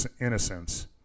innocence